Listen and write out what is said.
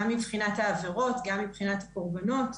גם מבחינת העבירות, גם מבחינת הקורבנות.